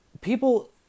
people